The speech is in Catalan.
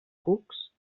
cucs